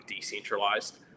decentralized